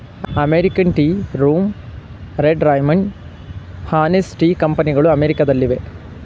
American tea room, red Raymond, honest tea ಕಂಪನಿಗಳು ಅಮೆರಿಕದಲ್ಲಿವೆ